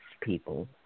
people